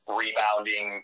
rebounding